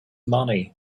money